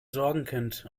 sorgenkind